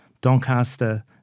Doncaster